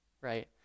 Right